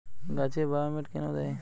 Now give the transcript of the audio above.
গাছে বায়োমেট কেন দেয়?